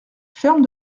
ferme